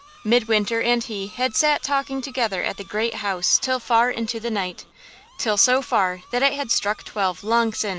midwinter and he had sat talking together at the great house till far into the night till so far that it had struck twelve long since,